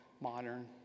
modern